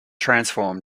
transform